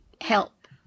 help